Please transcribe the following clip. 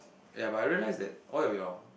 yea but I realize that all your your